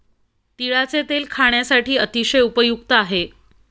तिळाचे तेल खाण्यासाठी अतिशय उपयुक्त आहे